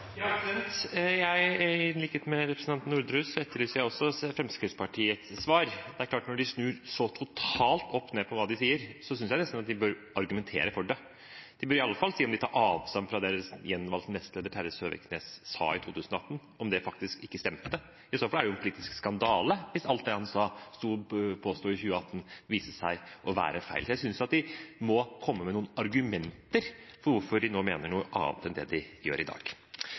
klart at når de snur så totalt opp ned på hva de sier, da synes jeg nesten at de bør argumentere for det. De burde iallfall si om de tar avstand fra det deres gjenvalgte nestleder Terje Søviknes sa i 2018, hvis det faktisk ikke stemte. Hvis alt det han sto og påsto i 2018, viste seg å være feil, er det jo i så fall en politisk skandale. Jeg synes de må komme med noen argumenter for hvorfor de mente noe annet da enn det de gjør i dag.